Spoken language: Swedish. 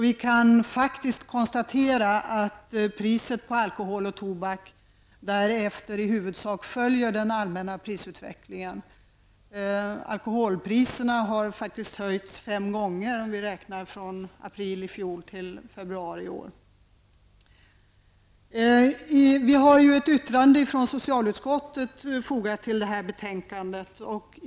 Vi kan faktiskt konstatera att priset på alkohol och tobak därefter i huvudsak följt den allmänna prisutvecklingen. Alkoholpriserna har faktiskt höjts fem gånger mellan april förra året och februari i år. Till betänkandet har fogats ett yttrande från socialutskottet.